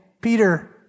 Peter